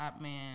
man